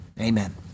Amen